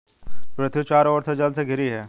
पृथ्वी चारों ओर से जल से घिरी है